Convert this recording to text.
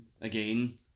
again